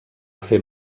fer